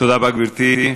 תודה רבה, גברתי.